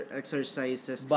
exercises